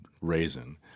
Raisin